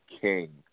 king